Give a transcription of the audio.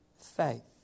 faith